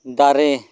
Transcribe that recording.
ᱫᱟᱨᱮ